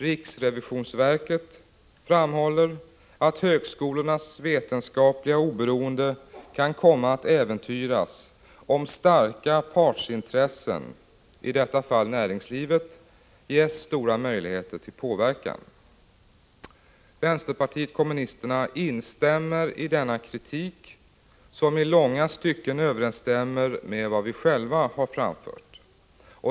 Riksrevisionsverket framhåller att högskolornas vetenskapliga oberoende kan komma att äventyras om starka partsintressen — i detta fall näringslivet — ges stora möjligheter till påverkan. Vänsterpartiet kommunisterna instämmer i denna kritik som i långa stycken överensstämmer med vad vi själva framfört.